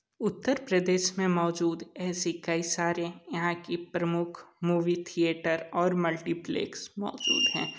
उत्तर प्रदेश में मौजूद ऐसी कई सारे यहाँ के प्रमुख मूवी थिएटर और मल्टीप्लेक्स मौजूद हैं